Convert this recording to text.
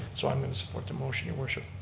so i'm going to support the motion, your worship.